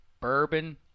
bourbon